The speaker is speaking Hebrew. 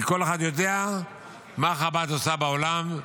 כי כל אחד יודע מה חב"ד עושה בעולם,